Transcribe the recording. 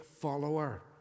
follower